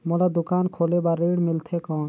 मोला दुकान खोले बार ऋण मिलथे कौन?